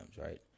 right